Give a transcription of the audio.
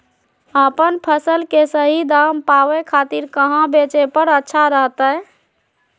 अपन फसल के सही दाम पावे खातिर कहां बेचे पर अच्छा रहतय?